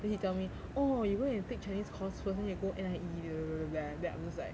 then he tell me oh you go and take chinese course first then you go N_I_E then I'm just like